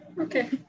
okay